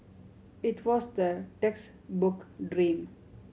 it was the textbook dream